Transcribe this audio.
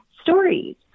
stories